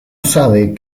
sabe